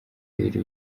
bibiri